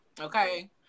Okay